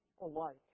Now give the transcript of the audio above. alike